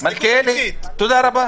רשות דיבור לכל